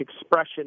expression